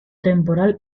temporal